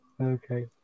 Okay